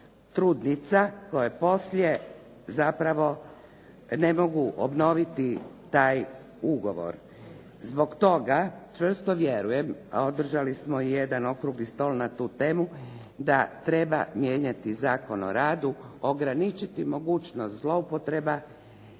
trudnica koje poslije zapravo ne mogu obnoviti taj ugovor. Zbog toga čvrsto vjerujem, održali smo i jedan okrugli stol na tu temu, da treba mijenjati Zakon o radu, ograničiti mogućnost zloupotreba,